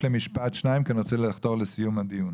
למשפט או שניים כי אני רוצה לחתור לסיום הדיון.